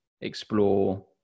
explore